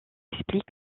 explique